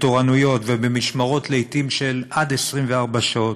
בתורנויות ובמשמרות, לעתים של עד 24 שעות.